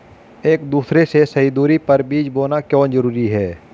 एक दूसरे से सही दूरी पर बीज बोना क्यों जरूरी है?